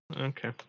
okay